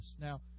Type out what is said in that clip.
Now